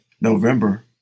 November